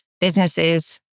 businesses